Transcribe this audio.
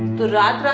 the